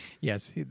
Yes